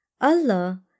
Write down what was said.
Allah